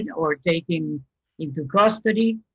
yeah or taken into custody.